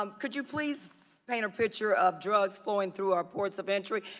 um could you please paint a picture of drugs going through our ports of entry?